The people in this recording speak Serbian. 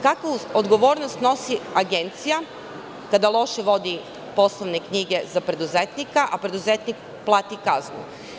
Kakvu odgovornost snosi agencija kada loše vodi poslovne knjige za preduzetnika, a preduzetnik plati kaznu?